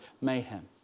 mayhem